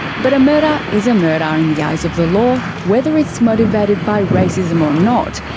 but a murder is a murder in the eyes of the law, whether it's motivated by racism or not.